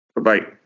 Bye-bye